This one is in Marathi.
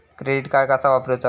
क्रेडिट कार्ड कसा वापरूचा?